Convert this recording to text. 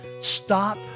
stop